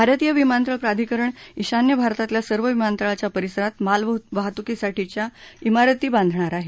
भारतीय विमानतळ प्राधिकरण ईशान्य भारतातल्या सर्व विमानतळांच्या परिसरात माल वाहतुकीसाठीच्या भारती बांधणार आहे